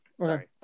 Sorry